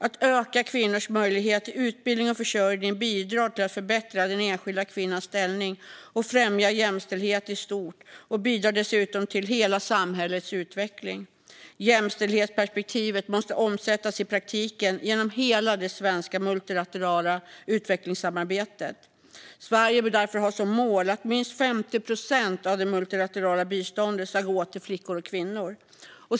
Att öka kvinnors möjligheter till utbildning och försörjning bidrar till att förbättra den enskilda kvinnans ställning och främja jämställdhet i stort, vilket bidrar till hela samhällets utveckling. Jämställdhetsperspektivet måste omsättas i praktiken genom hela det svenska multilaterala utvecklingssamarbetet. Sverige bör därför ha som mål att minst 50 procent av det multilaterala biståndet ska gå till flickor och kvinnor.